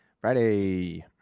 Friday